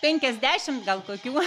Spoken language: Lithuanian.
penkiasdešimt gal tokių